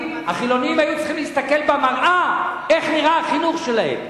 החילונים היו צריכים להסתכל במראה איך נראה החינוך שלהם.